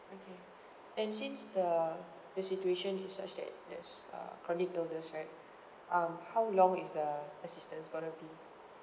okay and since the the situation is such that there's uh chronic illness right um how long is the assistance gonna be